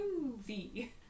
movie